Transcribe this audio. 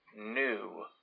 new